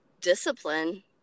discipline